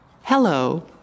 Hello